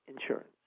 insurance